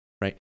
right